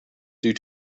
due